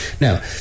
Now